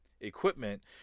equipment